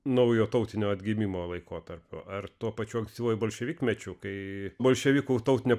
naujo tautinio atgimimo laikotarpio ar tuo pačiu ankstyvuoju bolševikmečiu kai bolševikų tautinė